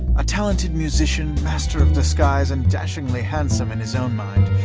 a talented musician, master of disguise, and dashingly handsome in his own mind,